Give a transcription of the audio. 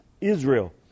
Israel